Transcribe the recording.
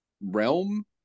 realm